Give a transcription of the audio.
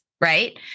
right